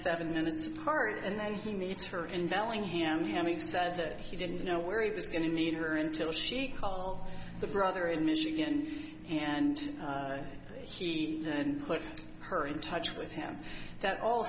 seven minutes apart and he meets her in bellingham having said that he didn't know where he was going to need her until she called the brother in michigan and he then put her in touch with him that